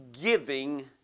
giving